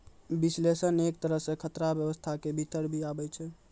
विश्लेषण एक तरहो से खतरा व्यवस्था के भीतर भी आबै छै